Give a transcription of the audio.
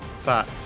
Fat